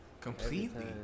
Completely